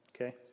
Okay